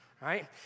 Right